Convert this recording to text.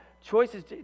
Choices